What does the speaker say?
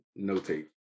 notate